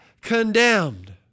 condemned